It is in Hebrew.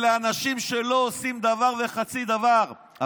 אלה אנשים שלא עושים דבר וחצי דבר,